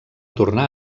tornar